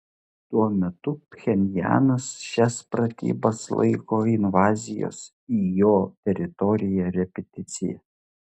tuo metu pchenjanas šias pratybas laiko invazijos į jo teritoriją repeticija